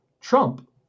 trump